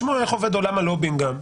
לשמוע איך עובד עולם הלובינג גם,